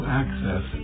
access